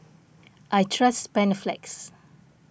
I trust Panaflex